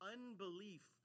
Unbelief